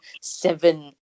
seven